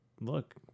Look